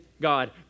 God